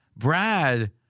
Brad